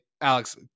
alex